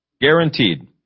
Guaranteed